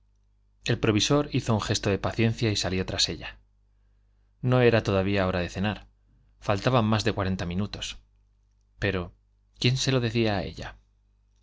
el provisor hizo un gesto de paciencia y salió tras ella no era todavía hora de cenar faltaban más de cuarenta minutos pero quién se lo decía a ella